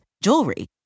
jewelry